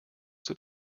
zur